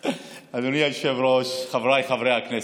אדוני היושב-ראש, חבריי חברי הכנסת,